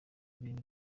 bintu